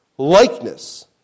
Likeness